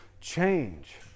change